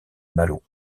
malo